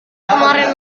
kemarin